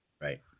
Right